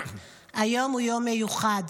היום הוא יום מיוחד,